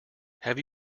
have